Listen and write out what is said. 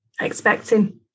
expecting